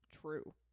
true